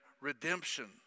redemption